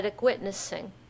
witnessing